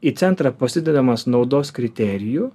į centrą pasidedamas naudos kriterijų